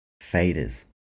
Faders